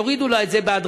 יורידו לה את זה בהדרגתיות,